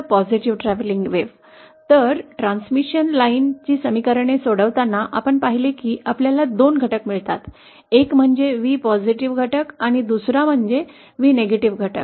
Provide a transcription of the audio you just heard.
तर आपण पाहिले की ट्रांसमिशन लाइन समीकरणे सोडवताना आपल्याला 2 घटक मिळतात एक म्हणजे V घटक आणि दुसरा म्हणजे V घटक